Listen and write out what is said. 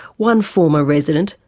one former resident,